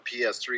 PS3